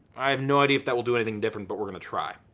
i have no idea if that will do anything different but we're gonna try.